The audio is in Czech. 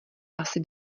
asi